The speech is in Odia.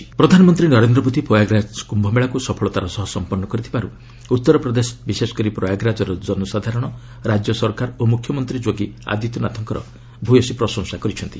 ପିଏମ୍ ପ୍ରୟାଗରାଜ କୁମ୍ଭ ପ୍ରଧାନମନ୍ତ୍ରୀ ନରେନ୍ଦ୍ର ମୋଦି ପ୍ରୟାଗରାଜ କ୍ୟୁମେଳାକୁ ସଫଳତାର ସହ ସମ୍ପନ୍ନ କରିଥିବାରୁ ଉତ୍ତର ପ୍ରଦେଶ ବିଶେଷକରି ପ୍ରୟାଗରାଜର ଜନସାଧାରଣ ରାଜ୍ୟ ସରକାର ଓ ମୁଖ୍ୟମନ୍ତ୍ରୀ ଯୋଗୀ ଆଦିତ୍ୟନାଥଙ୍କର ଭୟସୀ ପ୍ରଶଂସା କରିଛନ୍ତି